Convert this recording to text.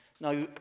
now